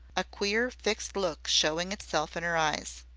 a queer fixed look showing itself in her eyes.